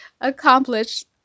accomplished